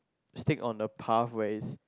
stick on the pathways